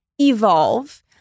evolve